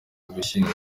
ugushyingo